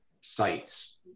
sites